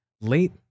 late